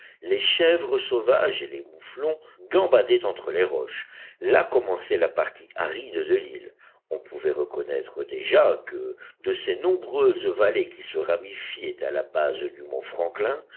les chèvres sauvages et les mouflons gambadaient entre les roches là commençait la partie aride de l'île on pouvait reconnaître déjà que de ces nombreuses vallées qui se ramifiaient à la base du mont franklin